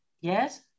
yes